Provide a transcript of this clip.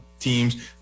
teams